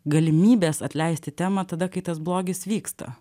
galimybės atleisti temą tada kai tas blogis vyksta